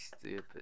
stupid